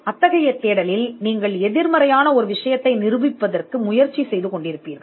ஒரு தேடலில் நீங்கள் எதிர்மறையை நிரூபிக்க முயற்சிப்பீர்கள்